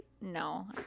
No